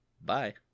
Bye